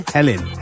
Helen